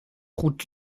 route